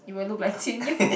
you will look like Jian-You